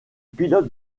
pilote